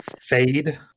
Fade